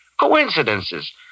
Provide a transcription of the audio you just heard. coincidences